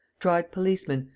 tried policemen,